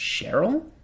Cheryl